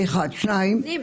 קודם כול,